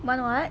one [what]